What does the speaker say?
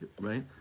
Right